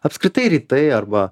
apskritai rytai arba